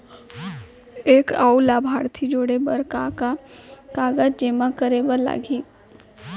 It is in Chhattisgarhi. एक अऊ लाभार्थी जोड़े बर का का कागज जेमा करे बर लागही?